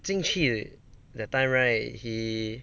进去 that time right he